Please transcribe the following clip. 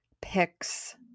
picks